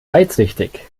weitsichtig